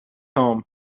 home